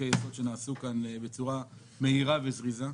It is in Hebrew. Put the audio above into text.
בחוקי-יסוד שנעשו כאן בצורה מהירה וזריזה.